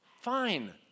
Fine